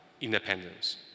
independence